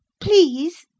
Please